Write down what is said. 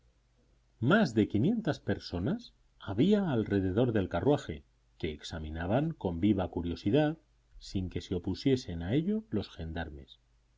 más de quinientas personas había alrededor del carruaje que examinaban con viva curiosidad sin que se opusiesen a ello los gendarmes